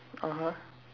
(uh huh)